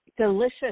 Delicious